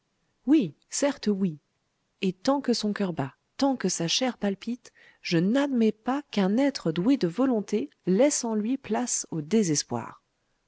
oui certes oui et tant que son coeur bat tant que sa chair palpite je n'admets pas qu'un être doué de volonté laisse en lui place au désespoir